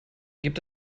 gibt